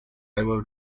iwo